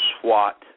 SWAT